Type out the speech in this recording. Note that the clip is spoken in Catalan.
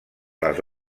les